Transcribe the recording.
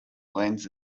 lends